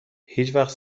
هیچوقت